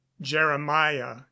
jeremiah